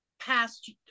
past